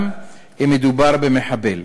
גם אם מדובר במחבל,